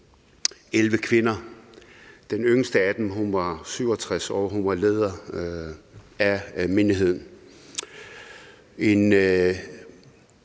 11 kvinder. Den yngste af dem var 67 år. Hun var leder af menigheden